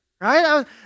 right